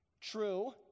True